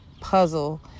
puzzle